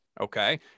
Okay